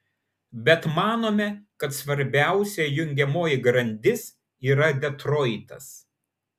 bet manome kad svarbiausia jungiamoji grandis yra detroitas